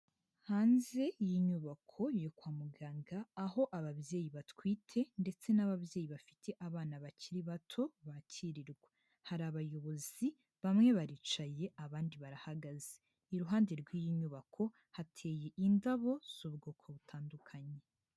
Hanze y'inyubako yo kwa muganga, aho ababyeyi batwite ndetse n'ababyeyi bafite abana bakiri bato, bakirirwa. Hari abayobozi, bamwe baricaye, abandi barahagaze. Iruhande rw'iyi nyubako, hateye indabo z'ubwoko butandukanye.